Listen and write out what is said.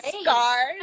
scars